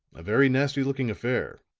a very nasty looking affair,